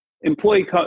employee